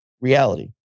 reality